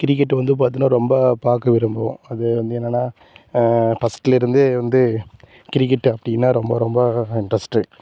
cricket வந்து பார்த்தினா ரொம்ப பார்க்க விரும்புவோம் அது வந்து என்னன்னா ஃபஸ்ட்டுலேருந்து வந்து கிரிக்கெட்டு அப்படின்னா ரொம்ப ரொம்ப இன்ட்ரெஸ்ட்டு